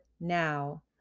now